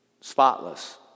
spotless